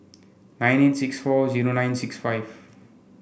nine eight six four zero nine six five